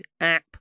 app